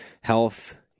health